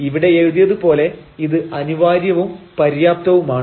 ഇവിടെ എഴുതിയത് പോലെ ഇത് അനിവാര്യവും പര്യാപ്തവുമാണ്